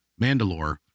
Mandalore